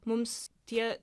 mums tie